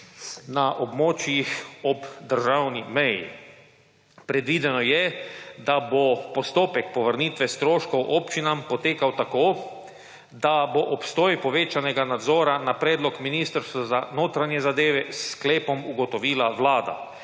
(nadaljevanje) ob državni meji. Predvideno je, da bo postopek povrnitve stroškov občinam potekal tako, da bo obstoj povečanega nadzora na predlog Ministrstva za notranje zadeve s sklepom ugotovila Vlada.